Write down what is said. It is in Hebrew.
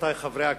רבותי חברי הכנסת,